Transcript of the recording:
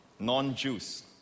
non-Jews